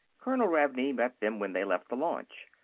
colonel ravney met them when they left the launch.